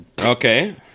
Okay